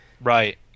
Right